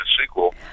sequel